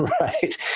Right